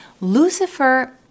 Lucifer